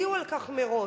והם יודיעו על כך מראש,